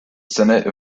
senate